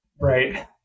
Right